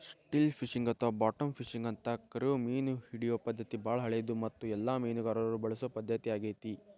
still fishing ಅಥವಾ bottom fishing ಅಂತ ಕರಿಯೋ ಮೇನಹಿಡಿಯೋ ಪದ್ಧತಿ ಬಾಳ ಹಳೆದು ಮತ್ತು ಎಲ್ಲ ಮೇನುಗಾರರು ಬಳಸೊ ಪದ್ಧತಿ ಆಗೇತಿ